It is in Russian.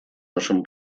нашим